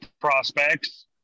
prospects